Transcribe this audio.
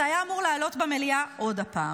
זה היה אמור לעלות במליאה עוד הפעם.